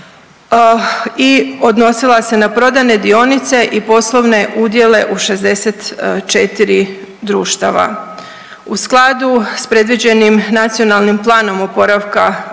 i odnosila se na prodajne dionice i poslovne udjele u 64 društava. U skladu sa predviđenim Nacionalnim planom oporavka